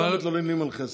כולם מתלוננים על חסר.